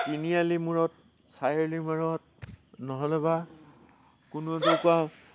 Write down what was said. তিনিআলি মূৰত চাৰিআলি মূৰত নহ'লেবা কোনো দোকা